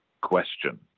question